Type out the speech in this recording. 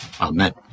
Amen